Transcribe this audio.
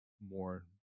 more